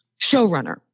showrunner